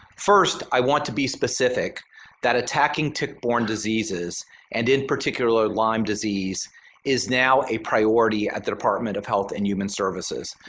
first i want to be specific that attacking tick-borne diseases and in particular lyme disease is now a priority at the department of health and human services.